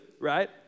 right